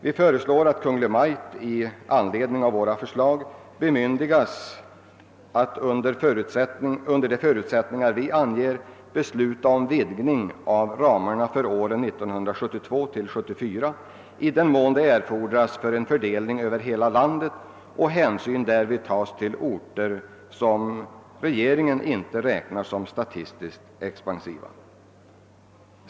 Vi föreslår att Kungl. Maj:t i anledning av våra förslag bemyndigas att under de förutsättningar vi anger besluta om vidgning av ramarna för åren 1972—1974, i den mån det erfordras för att vid fördelning över hela landet hänsyn skall kunna tas till orter som regeringen inte räknar som statistiskt expansiva.